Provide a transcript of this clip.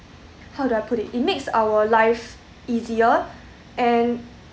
how do I put it it makes our life easier and